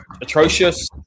atrocious